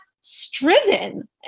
striven